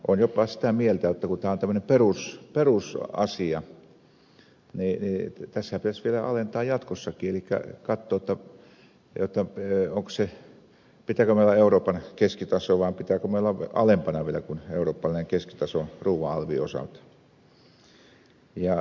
olen jopa sitä mieltä jotta kun tämä on tämmöinen perusasia niin tässähän pitäisi vielä alentaa jatkossakin elikkä katsoa jotta pitääkö meillä olla euroopan keskitaso vai pitääkö meillä olla alempana vielä kuin eurooppalainen keskitaso ruuan alvin osalta